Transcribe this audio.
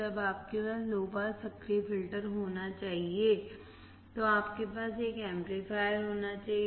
जब आपके पास लो पास सक्रिय फिल्टर होना चाहिए तो आपके पास एक एम्पलीफायर होना चाहिए